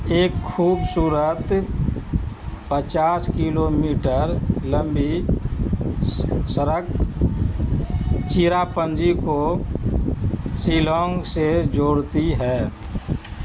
ایک خوبصورت پچاس کلو میٹر لمبی سڑک چیرا پنجی کو شیلانگ سے جوڑتی ہے